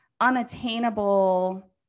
unattainable